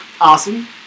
Awesome